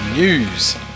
News